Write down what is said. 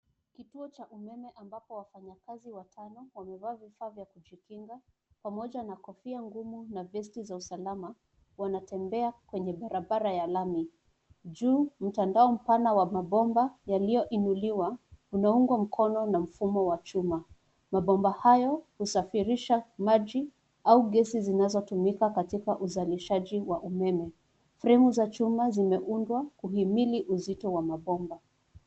Kituo cha umeme ambapo wafanyakazi watano wamevaa vifaa vya kujikinga pamoja na kofia ngumu, na vesti za usalama, wanatembea kwenye barabara ya lami. Juu, mtandao mpana wa mabomba yaliyoinuliwa, imeungwa mkono na mfumo wa chuma. Mabomba hayo husafirirsha maji, au gesi zinazotumika katika uzalishaji wa umeme. Fremu za chuma zimeundwa kuhimili uzito wa mabomba.